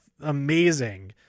amazing